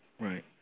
Right